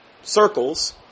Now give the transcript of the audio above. circles